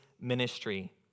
ministry